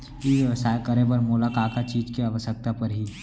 ई व्यवसाय करे बर मोला का का चीज के आवश्यकता परही?